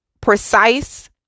precise